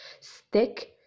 Stick